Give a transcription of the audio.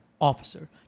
officer